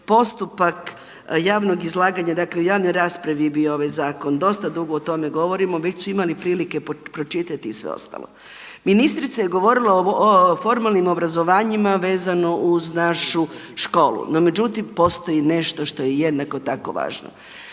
postupak javnog izlaganja dakle u javnoj raspravi je bio ovaj zakon, dosta dugo o tome govorimo, već su imali prilike pročitati i sve ostalo. Ministrica je govorila o formalnim obrazovanjima vezano uz našu školu, no međutim postoji nešto što je jednako tako važno,